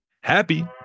Happy